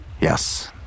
Yes